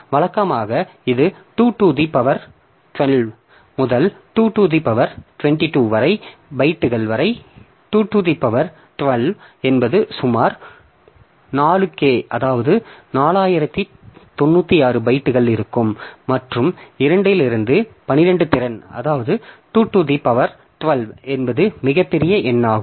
வழக்கமாக இது 2 to the power 12 முதல் 2 டூ தி பவர் 22 பைட்டுகள் வரை 2 டூ தி பவர் 12 என்பது சுமார் 4k அதாவது 4 096 பைட்டுகள் இருக்கும் மற்றும் 2 டூ தி பவர் 12 என்பது மிகப்பெரிய எண் ஆகும்